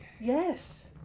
yes